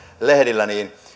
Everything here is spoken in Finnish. lehdillä